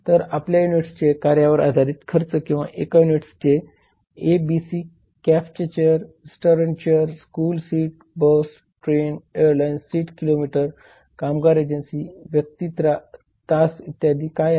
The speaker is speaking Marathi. तर आपल्या युनिट्सचे कार्यावर आधारित खर्च किंवा एका युनिटचे ABC cafe chair restaurant chair school seat bus train airline seat kilometre कामगार एजन्सी व्यक्ती तास इत्यादी काय आहेत